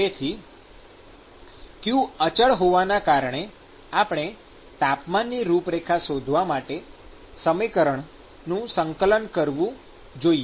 તેથી q અચળ હોવાના કારણે આપણે તાપમાનની રૂપરેખા શોધવા માટે સમીકરણ સ્નેપશોટમાં નું સંકલન કરવું જોઈએ